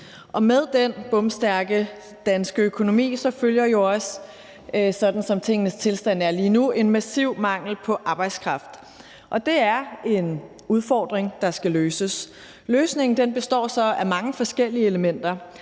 sådan som tingenes tilstand er lige nu, en massiv mangel på arbejdskraft, og det er en udfordring, der skal løses. Løsningen består så af mange forskellige elementer,